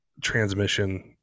transmission